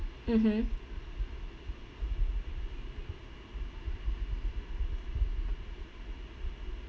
mmhmm